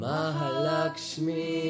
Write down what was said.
Mahalakshmi